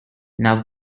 now